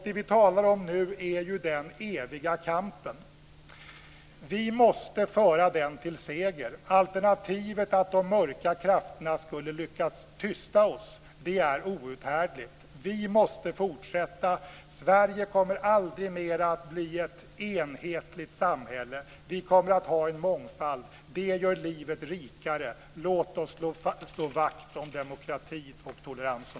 Det vi talar om nu är den eviga kampen. Vi måste föra den till seger. Alternativet att de mörka krafterna skulle lyckas tysta oss är outhärdligt. Vi måste fortsätta. Sverige kommer aldrig mer att bli ett enhetligt samhälle; vi kommer att ha en mångfald. Det gör livet rikare. Låt oss slå vakt om demokratin och toleransen!